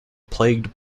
plagued